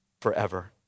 forever